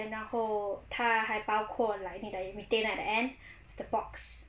then 然后他还包括 like the retainer at the end the box